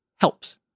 Helps